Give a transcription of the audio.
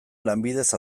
lanbidez